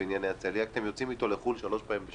בין זה לבין איך שאני מנהל את הישיבות האלה.